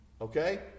Okay